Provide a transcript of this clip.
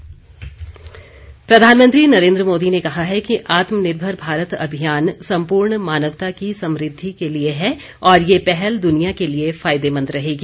प्रधानमंत्री प्रधानमंत्री नरेन्द्र मोदी ने कहा है कि आत्मनिर्भर भारत अभियान सम्पूर्ण मानवता की समृद्धि के लिए है और यह पहल दुनिया के लिए फायदेमंद रहेगी